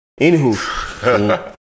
Anywho